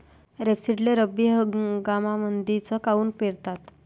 रेपसीडले रब्बी हंगामामंदीच काऊन पेरतात?